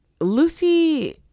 Lucy